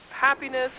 happiness